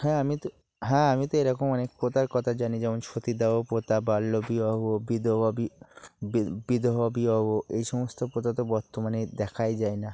হ্যাঁ আমি তো হ্যাঁ আমি তো এরকম অনেক কথার কথা জানি যেমন সতীদাহ প্রথা বাল্য বিবাহ বিধবা বিধবা বিবাহ এই সমস্ত প্রথা তো বর্তমানে দেখাই যায় না